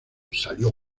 salió